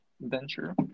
venture